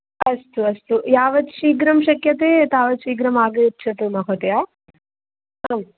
अस्तु अस्तु यावत् शीघ्रं शक्यते तावत् शीघ्रं आगच्छतु महोदय आम्